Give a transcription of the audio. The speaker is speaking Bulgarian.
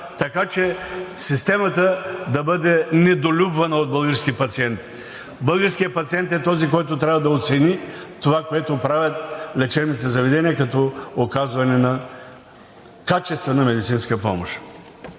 така, че системата да бъде недолюбвана от българския пациент. Българският пациент е този, който трябва да оцени това, което правят лечебните заведения като оказване на качествена медицинска помощ.